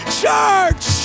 church